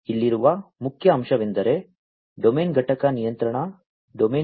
ಇಲ್ಲಿರುವ ಮುಖ್ಯ ಅಂಶವೆಂದರೆ ಡೊಮೇನ್ ಘಟಕ ನಿಯಂತ್ರಣ ಡೊಮೇನ್ ಘಟಕ